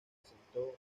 asentó